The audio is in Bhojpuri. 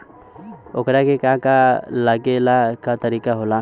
ओकरा के का का लागे ला का तरीका होला?